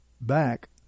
back